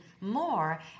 more